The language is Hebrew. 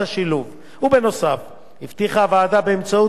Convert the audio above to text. הבטיחה הוועדה באמצעות הוראות מעבר שלא תיגרם